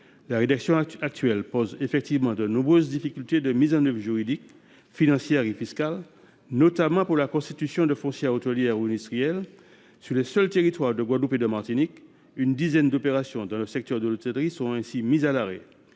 La rédaction actuelle pose en effet de nombreuses difficultés de mise en œuvre, juridiques, financières et fiscales, pour ce qui est notamment de la constitution de foncières hôtelières ou industrielles. Sur les seuls territoires de Guadeloupe et de Martinique, une dizaine d’opérations dans le secteur de l’hôtellerie sont ainsi mises à l’arrêt.